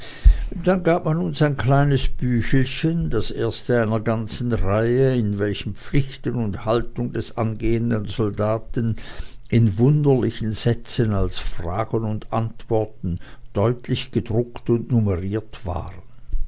dann gab man uns ein kleines büchelchen das erste einer ganzen reihe in welchem pflichten und haltung des angehenden soldaten in wunderlichen sätzen als fragen und antworten deutlich gedruckt und numeriert waren